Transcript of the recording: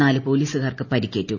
നാലു പോലീസുകാർക്ക് പരിക്കേറ്റു